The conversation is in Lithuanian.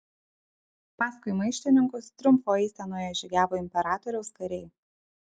paskui maištininkus triumfo eisenoje žygiavo imperatoriaus kariai